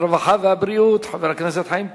הרווחה והבריאות חבר הכנסת חיים כץ.